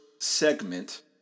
segment